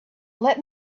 let